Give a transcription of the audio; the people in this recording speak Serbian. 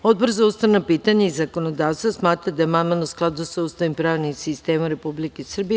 Odbor za ustavna pitanja i zakonodavstvo smatra da je amandman u skladu sa Ustavom i pravnim sistemom Republike Srbije.